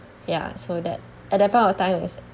ya so that at that point of time is